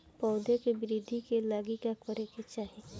पौधों की वृद्धि के लागी का करे के चाहीं?